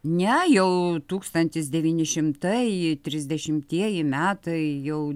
ne jau tūkstantis devyni šimtai trisdešimtieji metai jau